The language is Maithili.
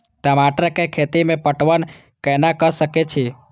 टमाटर कै खैती में पटवन कैना क सके छी?